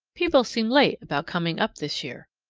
people seem late about coming up this year.